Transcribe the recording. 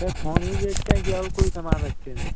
sir phone ही बेचते हैं कि और कोई समान रखते हैं